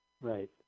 Right